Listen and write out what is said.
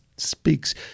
speaks